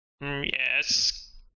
yes